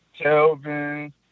Kelvin